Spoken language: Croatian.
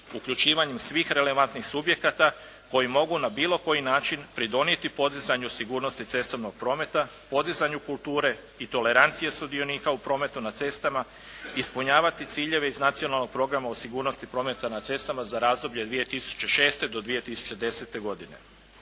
uključivanjem svih relevantnih subjekata koji mogu na bilo koji način pridonijeti podizanju sigurnosti cestovnog prometa, podizanju kulture i tolerancije sudionika u prometu na cestama, ispunjavati ciljeve iz Nacionalnog programa o sigurnosti prometa na cestama za razdoblje 2006. do 2010. godine.